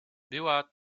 była